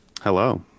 Hello